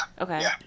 okay